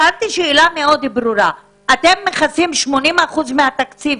שאלתי שאלה ברורה מאוד: אתם מכסים 80% מהתקציב,